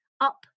up